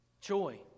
joy